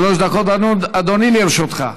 שלוש דקות, אדוני, לרשותך.